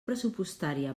pressupostària